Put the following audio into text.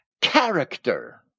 character